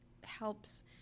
helps